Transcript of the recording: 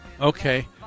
Okay